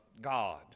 God